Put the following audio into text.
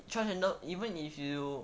transgender even if you